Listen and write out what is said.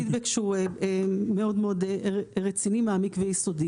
זה פידבק שהוא מאוד רציני, מעמיק ויסודי.